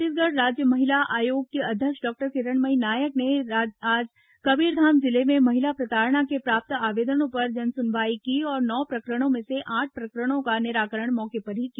छत्तीसगढ़ राज्य महिला आयोग की अध्यक्ष डॉक्टर किरणमयी नायक ने आज कबीरधाम जिले में महिला प्रताड़ना के प्राप्त आवेदनों पर जनसुनवाई की और नौ प्रकरणों में से आठ प्रकरणों का निराकरण मौके पर ही किया